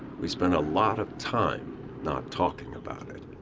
we spent a lot of time not talking about it.